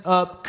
up